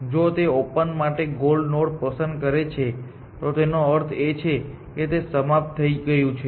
જો તે ઓપન માટે ગોલ નોડ પસંદ કરે છે તો તેનો અર્થ એ છે કે તે સમાપ્ત થઈ ગયું છે